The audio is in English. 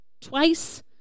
Twice